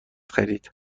خرید